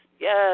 yes